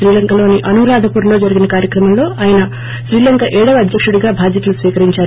శ్రీలంకలోని అనురాధ పురలో జరిగిన కార్చక్రమంలో ఆయన శ్రీలంక ఏడవ అధ్యకుడిగా బాధ్యతలు స్వీకరించారు